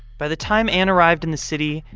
by the time anne arrived in the city,